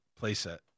playset